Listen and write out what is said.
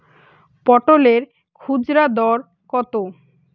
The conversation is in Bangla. পটলের খুচরা দর কত?